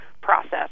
process